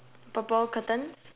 purple curtains